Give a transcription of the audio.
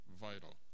vital